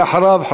ואחריו,